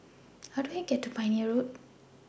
How Do I get to Pioneer Road